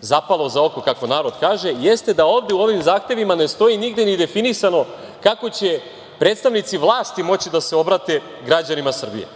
zapalo za oko, kako narod kaže, jeste da ovde u ovim zahtevima ne stoji nigde ni definisano kako će predstavnici vlasti moći da se obrate građanima Srbije.